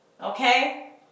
Okay